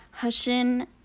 Hushin